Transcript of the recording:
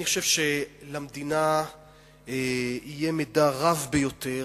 אני חושב שלמדינה יהיה מידע רב ביותר,